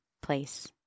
place